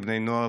בני נוער,